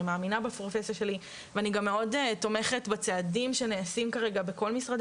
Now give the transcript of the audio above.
אני מאמינה ב- - שלי ואני גם מאוד תומכת בצעדים שנעשים כרגע בכל משרדי